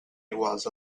iguals